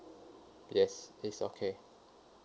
yes it's okay